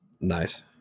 Nice